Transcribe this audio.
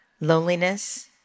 Loneliness